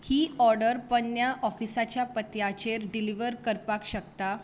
ही order पोरण्या ऑफिसाच्या पत्त्याचेर डिलिव्हर करपाक शकता